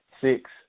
six